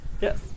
Yes